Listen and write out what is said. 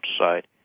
outside